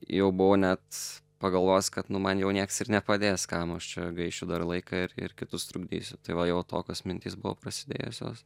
jau buvau net pagalvojęs kad nu man jau nieks ir nepadės kam aš čia gaišiu dar laiką ir ir kitus trukdysiu tai va jau tokios mintys buvo prasidėjusios